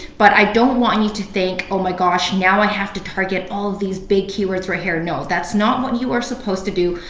but i don't want you to think, oh my gosh, now i have to target all of these big keywords right here. no, that's not what you are supposed to do.